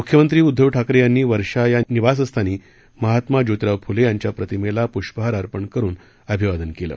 मुख्यमंत्री उद्दव ठाकरे यांनी वर्षा या शासकीय निवासस्थानी महात्मा जोतिराव फुले यांच्या प्रतिमेला पुष्पहार अर्पण करून अभिवादन केलं